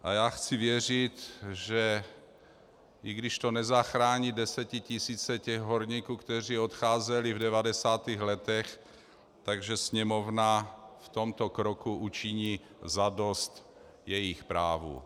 A já chci věřit, že i když to nezachrání desetitisíce těch horníků, kteří odcházeli v 90. letech, tak že Sněmovna v tomto kroku učiní zadost jejich právu.